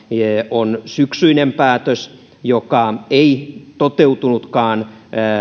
on syksyinen päätös joka ei toteutunutkaan